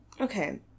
Okay